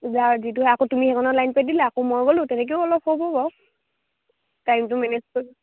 যাৰ যিটোৰ হয় আকৌ তুমি সেইকনত লাইন পাতি দিলা আকৌ মই গ'লো তেনেকৈ অলপ হ'ব বাৰু টাইমটো মেনেজ কৰিব